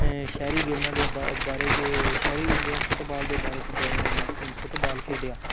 ऐ शैह्री गेमा दे बारे च शैह्री गेम फुट्टबाल दे बारे च द फुट्टबाल खेढेआ